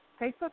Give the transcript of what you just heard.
Facebook